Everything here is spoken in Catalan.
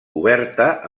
coberta